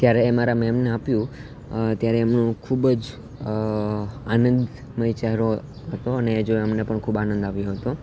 જ્યારે એ મારા મેમને આપ્યું ત્યારે એમનું ખૂબ જ આનંદમય ચહેરો હતો અને જો એમને પણ ખૂબ આનંદ આવ્યો હતો